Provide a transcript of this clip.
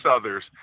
others